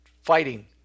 fighting